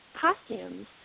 costumes